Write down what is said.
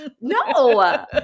No